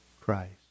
Christ